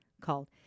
Called